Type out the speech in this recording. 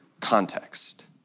context